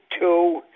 two